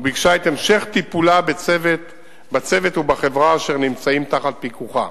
וביקשה את המשך טיפולה בצוות ובחברה אשר נמצאים תחת פיקוחה.